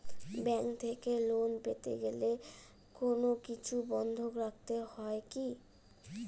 Bank থেকে loan পেতে গেলে কোনো কিছু বন্ধক রাখতে হয় কি?